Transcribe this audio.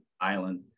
island